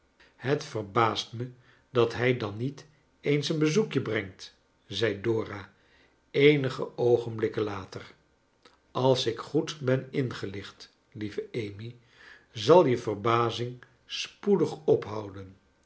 het verbaast me dat hij dan niet eens een bezoek brengt zei dora eenige oogenblikken later als ik goed ben ingelicht lieve amy zal je verbazing spoedig ophouden